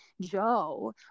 Joe